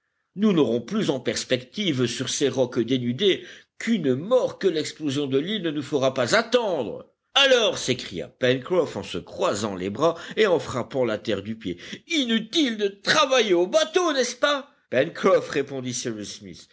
nous n'aurons plus en perspective sur ces rocs dénudés qu'une mort que l'explosion de l'île ne nous fera pas attendre alors s'écria pencroff en se croisant les bras et en frappant la terre du pied inutile de travailler au bateau n'est-ce pas pencroff répondit cyrus smith